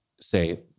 say